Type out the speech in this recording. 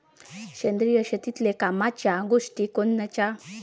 सेंद्रिय शेतीतले कामाच्या गोष्टी कोनच्या?